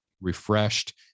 refreshed